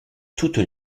toutes